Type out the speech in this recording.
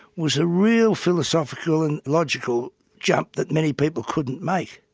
was a real philosophical and logical jump that many people couldn't make.